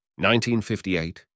1958